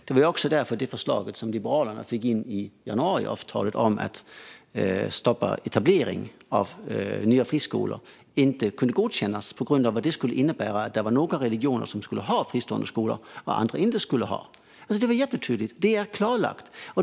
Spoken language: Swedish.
Det var också därför som det förslag som Liberalerna fick in i januariavtalet om att stoppa etableringen av nya friskolor inte kunde godkännas på grund av vad det skulle innebära. Det var några religioner som skulle få ha friskolor och andra som inte skulle få ha det. Det var jättetydligt. Det är klarlagt.